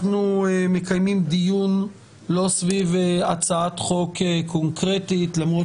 אנחנו מקיימים דיון לא סביב הצעת חוק קונקרטית למרות